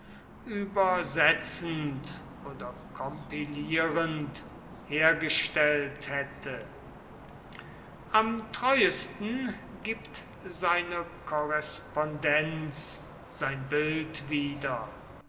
übersetzend oder kompilierend hergestellt hätte am treuesten gibt seine korrespondenz sein bild wieder